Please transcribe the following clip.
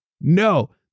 No